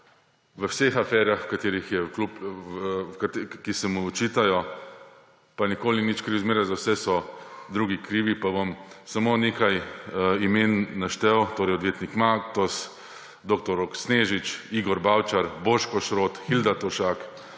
v vseh aferah, ki se mu očitajo, pa ni nikoli nič kriv, zmeraj so za vse drugi krivi. Pa bom samo nekaj imen naštel, torej odvetnik Matos, dr. Rok Snežič, Igor Bavčar, Boško Šrot, Hilda Tovšak,